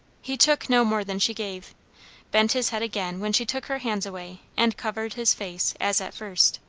he took no more than she gave bent his head again when she took her hands away, and covered his face, as at first.